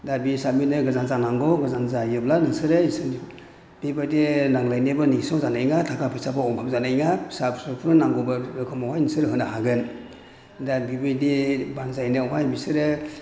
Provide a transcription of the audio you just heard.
दा बि हिसाबैनो गोजान जानांगौ गोजान जायोब्ला नोंसोरो इसोरनि बेबादि नांज्लायनायबो नोंसिनियाव जानाय नङा थाखा फैसाबो अबाब जानाय नङा फिसा फिसौफोरनो नांगौ रोखोमखौहाय नोंसोर होनो हागोन दा बेबादि बानजायनायावहाय बिसोरो